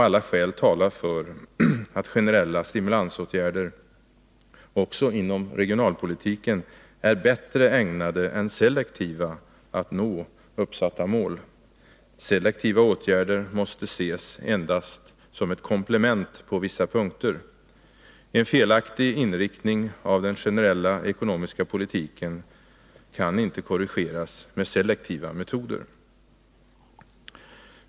Alla skäl talar för att generella stimulansåtgärder också inom regionalpolitiken är bättre ägnade än selektiva att nå uppsatta mål. Selektiva åtgärder måste ses endast som ett komplement på vissa punkter. En felaktig inriktning av den generella ekonomiska politiken kan inte korrigeras med selektiva metoder.